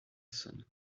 saône